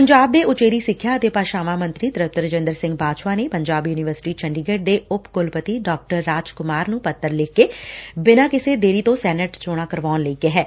ਪੰਜਾਬ ਦੇ ਉਚੇਰੀ ਸਿੱਖਿਆ ਅਤੇ ਭਾਸ਼ਾਵਾਂ ਮੰਤਰੀ ਤ੍ਰਿਪਤ ਰਾਜਿੰਦਰ ਸਿੰਘ ਬਾਜਵਾ ਨੇ ਪੰਜਾਬ ਯੁਨੀਵਰਸਿਟੀ ਚੰਡੀਗੜ ਦੇ ਉਪ ਕੁਲਪਤੀ ਡਾ ਰਾਜ ਕੁਮਾਰ ਨੂੰ ਪੱਤਰ ਲਿਖ ਕੇ ਬਿਨਾਂ ਕਿਸੇ ਦੇਰੀ ਤੋਂ ਸੈਨੇਟ ਚੋਣਾਂ ਕਰਵਾਉਣ ਲਈ ਕਿਹੈ